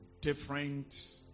different